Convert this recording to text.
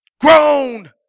grown